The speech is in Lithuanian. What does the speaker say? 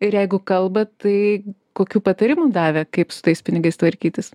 ir jeigu kalba tai kokių patarimų davė kaip su tais pinigais tvarkytis